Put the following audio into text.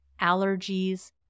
allergies